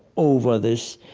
over this.